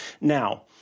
Now